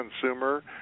consumer